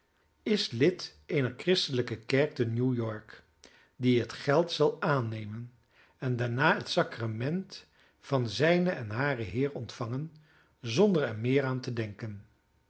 is lid eener christelijke kerk te new-york die het geld zal aannemen en daarna het sacrament van zijnen en haren heer ontvangen zonder er meer aan te denken